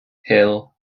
hill